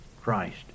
Christ